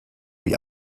wie